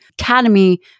Academy